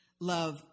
love